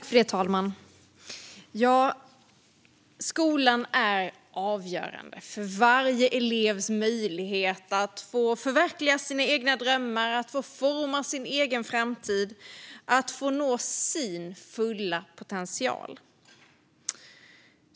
Fru talman! Skolan är avgörande för varje elevs möjlighet att förverkliga sina egna drömmar, forma sin egen framtid och nå sin fulla potential.